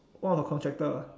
one of the contractor